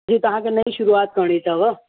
जी तव्हांखे नईं शुरूआति करिणी त